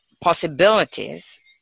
possibilities